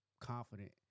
confident